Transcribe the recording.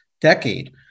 decade